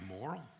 moral